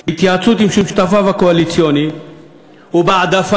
בהתייעצות עם שותפיו הקואליציוניים ובהעדפתם,